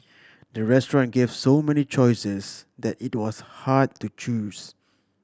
the restaurant gave so many choices that it was hard to choose